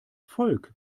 volk